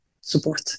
support